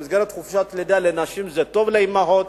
במסגרת חופשת לידה לנשים זה טוב לאמהות,